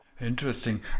interesting